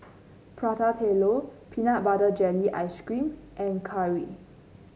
Prata Telur Peanut Butter Jelly Ice cream and curry